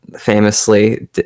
famously